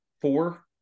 four